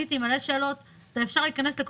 וכל הפער הזה שייצבר בקרן מישהו יעשה איתו